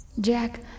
Jack